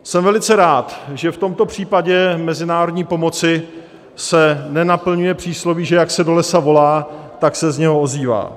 Jsem velice rád, že v tomto případě mezinárodní pomoci se nenaplňuje přísloví, že jak se do lesa volá, tak se z něho ozývá.